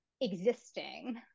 existing